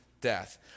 death